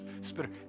spirit